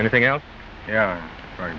anything else yeah right